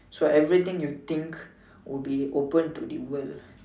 so everything you think will be open to the world